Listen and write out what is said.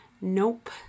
Nope